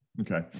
Okay